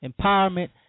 empowerment